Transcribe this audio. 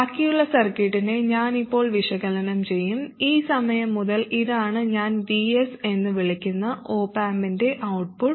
ബാക്കിയുള്ള സർക്യൂട്ടിനെ ഞാൻ ഇപ്പോൾ വിശകലനം ചെയ്യും ഈ സമയം മുതൽ ഇതാണ് ഞാൻ Vs എന്ന് വിളിക്കുന്ന ഒപ് ആമ്പിന്റെ ഔട്ട്പുട്ട്